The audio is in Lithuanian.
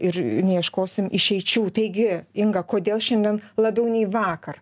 ir neieškosim išeičių taigi inga kodėl šiandien labiau nei vakar